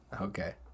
okay